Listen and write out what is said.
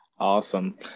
Awesome